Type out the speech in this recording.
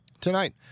Tonight